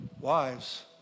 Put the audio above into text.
Wives